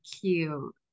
cute